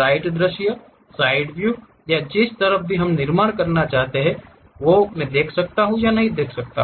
right दृश्य side view या जिस तरफ हम निर्माण करना चाहते हैं का निर्माण करना चाहते हैं